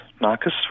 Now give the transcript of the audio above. Marcus